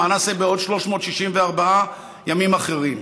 מה נעשה בעוד 364 ימים אחרים?